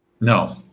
No